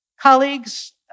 colleagues